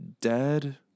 dead